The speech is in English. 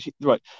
right